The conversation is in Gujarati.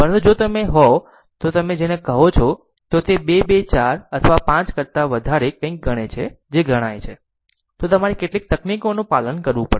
પરંતુ જો તમે તે હોવ તો તમે તેને કહો છો જો તે 2 2 4 અથવા 5 કરતા વધારે કંઈક ગણે છે જે ગણાય છે તો તમારે કેટલીક તકનીકોનું પાલન કરવું પડશે